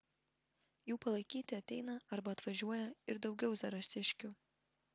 jų palaikyti ateina arba atvažiuoja ir daugiau zarasiškių